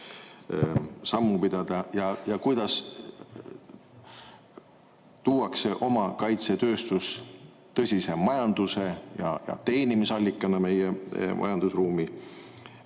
sammu pidada ja kuidas tuuakse oma kaitsetööstus tõsise majandus‑ ja teenimisallikana meie majandusruumi?